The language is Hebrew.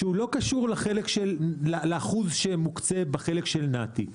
והוא לא קשור לאחוז שמוקצה בחלק של נת"י.